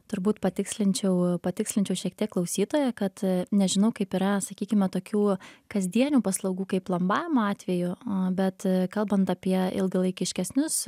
turbūt patikslinčiau patikslinčiau šiek tiek klausytoją kad nežinau kaip yra sakykime tokių kasdienių paslaugų kaip plombavimo atveju a bet kalbant apie ilgalaikiškesnius